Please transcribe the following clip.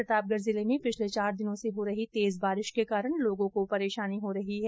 प्रतापगढ जिले में पिछर्ल चार दिनों से हो रही तेज बारिश के कारण लोगों को परेशानी हो रही है